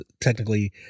technically